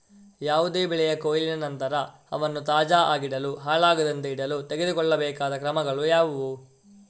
ಯಾವುದೇ ಬೆಳೆಯ ಕೊಯ್ಲಿನ ನಂತರ ಅವನ್ನು ತಾಜಾ ಆಗಿಡಲು, ಹಾಳಾಗದಂತೆ ಇಡಲು ತೆಗೆದುಕೊಳ್ಳಬೇಕಾದ ಕ್ರಮಗಳು ಯಾವುವು?